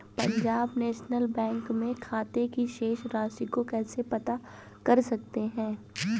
Punjab National Bank में खाते की शेष राशि को कैसे पता कर सकते हैं?